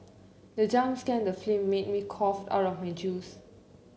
the jump scan the film made me cough out my juice